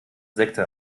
sekte